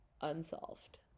unsolved